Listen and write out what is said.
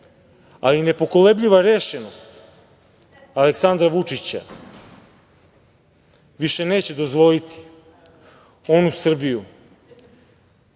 ali nepokolebljiva rešenost Aleksandra Vučića više neće dozvoliti onu Srbiju